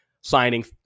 signing